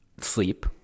sleep